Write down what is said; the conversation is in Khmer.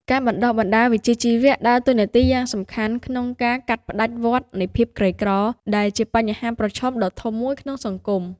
ការបណ្តុះបណ្តាលវិជ្ជាជីវៈដើរតួនាទីយ៉ាងសំខាន់ក្នុងការ កាត់ផ្តាច់វដ្តនៃភាពក្រីក្រ ដែលជាបញ្ហាប្រឈមដ៏ធំមួយនៅក្នុងសង្គម។